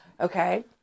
okay